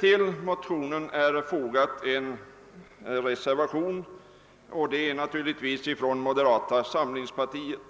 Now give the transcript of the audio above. Till utlåtandet har fogats en reservation, naturligtvis från moderata samlingspartiet.